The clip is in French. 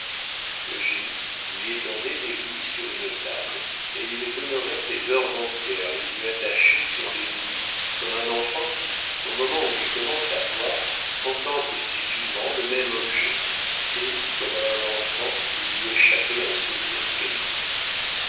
moi eugénie lui étendait des louis sur une table et il demeurait des heures entières les yeux attachés sur les louis comme un enfant qui au moment où il commence à voir contemple stupidement le même objet et comme à un enfant il lui échappait un sourire pénible